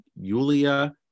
Yulia